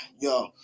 yo